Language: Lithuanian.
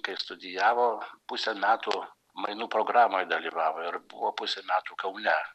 kaip studijavo pusę metų mainų programoj dalyvavo ir buvo pusę metų kaune